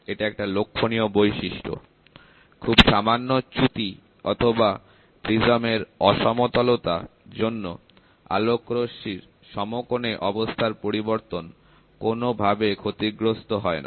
এটা একটা লক্ষণীয় বৈশিষ্ট্য খুব সামান্য চুতি অথবা প্রিজমের অসমতলতা র জন্য আলোকরশ্মির সমকোণে অবস্থার পরিবর্তন কোন ভাবে ক্ষতিগ্রস্থ হয় না